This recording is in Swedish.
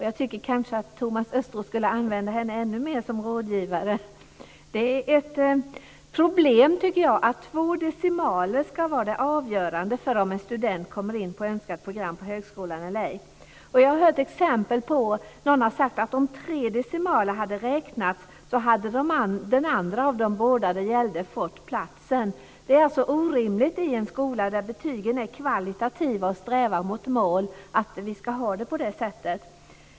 Jag tycker kanske att Thomas Östros skulle använda henne ännu mer som rådgivare. Det är ett problem, tycker jag, att två decimaler ska vara det avgörande för om en student kommer in på önskat program på högskolan eller ej. Jag har hört att någon har sagt att om tre decimaler hade räknats hade den andra av de båda det gällde fått platsen. Det är orimligt i en skola där betygen är kvalitativa och strävar mot mål att vi ska ha det på det sättet.